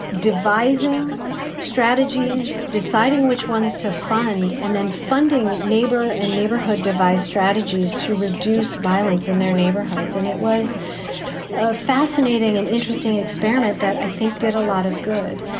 devising strategies, deciding which ones to fund, and then funding neighbor and neighborhood devise strategies to reduce violence in their neighborhoods. and it was a fascinating and interesting experiment that i think did a lot of good.